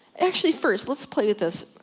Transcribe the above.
actually first, let's play with this,